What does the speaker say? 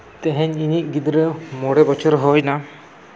ᱛᱮᱦᱮᱧ ᱤᱧᱤᱧ ᱜᱤᱫᱽᱨᱟᱹ ᱢᱚᱬᱮ ᱵᱚᱪᱷᱚᱨᱮ ᱦᱩᱭᱱᱟ